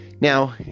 Now